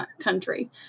country